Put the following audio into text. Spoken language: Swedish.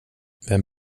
vem